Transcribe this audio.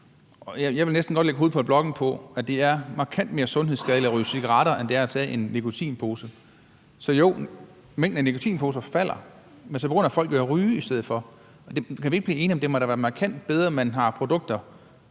jeg vil næsten godt lægge hovedet på blokken på, at det er markant mere sundhedsskadeligt at ryge cigaretter, end det er at tage en nikotinpose. Så jo, mængden af nikotinposer falder, men så begynder folk jo at ryge i stedet for, og kan vi ikke blive enige om, at det da må være markant bedre, at man har produkter